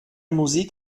musik